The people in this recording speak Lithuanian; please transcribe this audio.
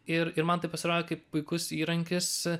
ir ir man tai pasirodė kaip puikus įrankis